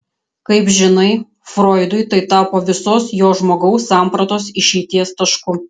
kaip žinai froidui tai tapo visos jo žmogaus sampratos išeities tašku